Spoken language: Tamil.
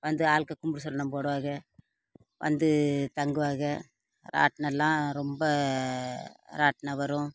வந்து ஆட்கள் கும்பிட்டு சரணம் போடுவாக வந்து தங்குவாக ராட்டினம்லாம் ரொம்ப ராட்டினம் வரும்